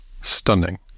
stunning